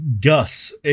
Gus